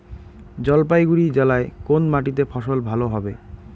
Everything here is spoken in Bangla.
জলপাইগুড়ি জেলায় কোন মাটিতে ফসল ভালো হবে?